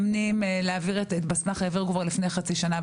את בסמ"ח העבירו כבר לפני חצי שנה,